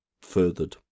furthered